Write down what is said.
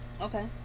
Okay